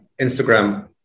Instagram